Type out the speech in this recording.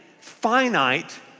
finite